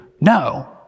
No